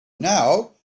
now